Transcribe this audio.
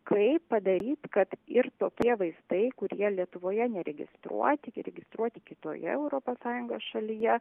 kaip padaryt kad ir tokie vaistai kurie lietuvoje neregistruoti įregistruoti kitoje europos sąjungos šalyje